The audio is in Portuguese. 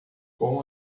com